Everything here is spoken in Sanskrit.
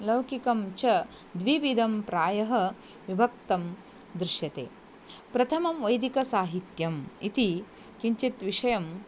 लौकिकं च द्विविधं प्रायः विभक्तं दृश्यते प्रथमं वैदिकसाहित्यम् इति किञ्चित् विषयम्